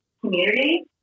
community